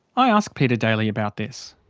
i ask peter daly about this.